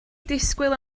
disgwyl